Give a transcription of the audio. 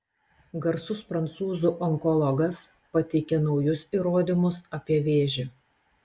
garsus prancūzų onkologas pateikia naujus įrodymus apie vėžį